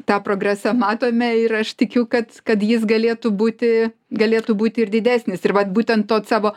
tą progresą matome ir aš tikiu kad kad jis galėtų būti galėtų būti ir didesnis ir vat būtent to savo